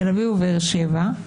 תל אביב ובאר שבע,